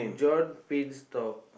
John Pin store